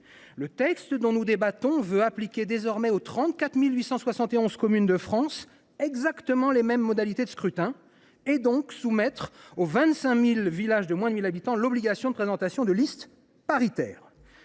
Le texte dont nous débattons reviendrait à appliquer désormais aux 34 871 communes de France exactement les mêmes modalités de scrutin. Il s’agirait donc d’imposer aux 25 000 villages de moins de 1 000 habitants l’obligation de présentation de listes paritaires.